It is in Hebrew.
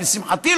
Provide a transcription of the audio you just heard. לשמחתי,